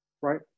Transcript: right